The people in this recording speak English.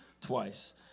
twice